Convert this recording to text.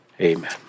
Amen